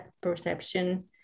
perception